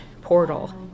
portal